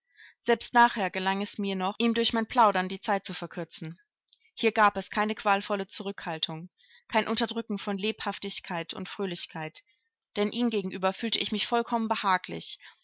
selbst nachher gelang es mir noch ihm durch mein plaudern die zeit zu verkürzen hier gab es keine qualvolle zurückhaltung kein unterdrücken von lebhaftigkeit und fröhlichkeit denn ihm gegenüber fühlte ich mich vollkommen behaglich